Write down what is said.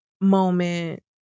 moment